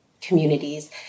communities